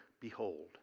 Behold